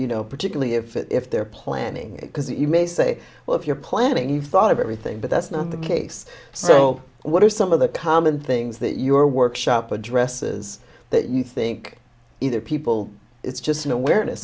you know particularly if they're planning because you may say well if you're planning you've thought of everything but that's not the case so what are some of the common things that your workshop addresses that you think either people it's just an awareness